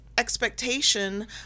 Expectation